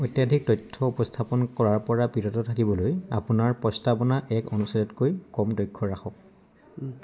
অত্যাধিক তথ্য উপস্থাপন কৰাৰ পৰা বিৰত থকিবলৈ আপোনাৰ প্ৰস্তাৱনা এক অনুচ্ছেদতকৈ কম দৈৰ্ঘৰ ৰাখক